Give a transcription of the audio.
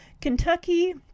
Kentucky